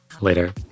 Later